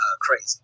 crazy